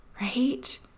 right